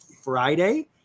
Friday